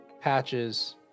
Patches